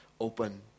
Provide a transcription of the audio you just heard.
open